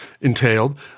entailed